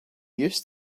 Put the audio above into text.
used